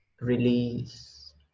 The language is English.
release